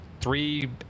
three